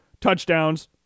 touchdowns